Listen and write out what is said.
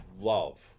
love